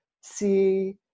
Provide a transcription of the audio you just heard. see